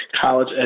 College